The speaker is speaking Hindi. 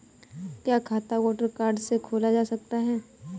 क्या खाता वोटर कार्ड से खोला जा सकता है?